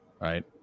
Right